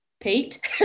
Pete